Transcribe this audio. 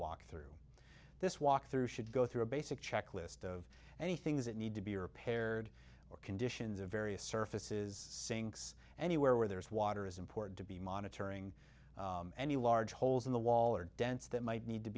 walk through this walk through should go through a basic checklist of any things that need to be repaired or conditions of various surfaces sinks anywhere where there is water is important to be monitoring any large holes in the wall or dents that might need to